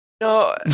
no